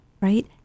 right